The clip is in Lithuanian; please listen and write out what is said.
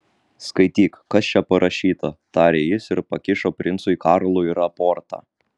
skaityk kas čia parašyta tarė jis ir pakišo princui karlui raportą